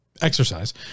exercise